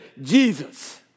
Jesus